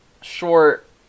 Short